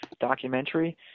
documentary